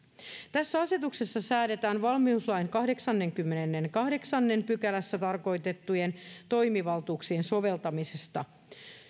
tässä asetuksessa säädetään valmiuslain kahdeksannessakymmenennessäkahdeksannessa pykälässä tarkoitettujen toimivaltuuksien soveltamisesta